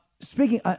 speaking